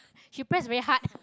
she press very hard ppl)